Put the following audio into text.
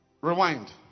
Rewind